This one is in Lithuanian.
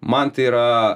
man tai yra